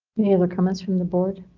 any other comments from the board?